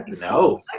No